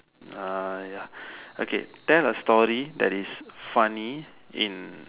uh ya okay tell a story that is funny in